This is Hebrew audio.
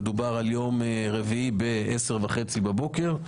מדובר על יום רביעי ב-10:30 בבוקר.